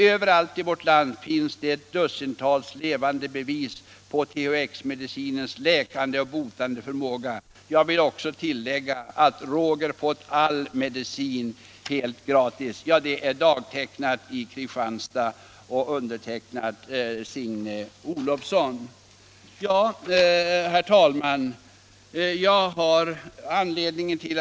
Överallt i vårt land finns det tusentals levande bevis på THX medicinens läkande och botande förmåga. Jag vill också tillägga att Roger fått all medicin helt kostnadsfritt.” Herr talman!